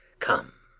come!